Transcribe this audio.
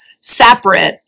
separate